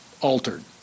altered